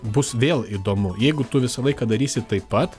bus vėl įdomu jeigu tu visą laiką darysi taip pat